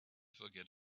forget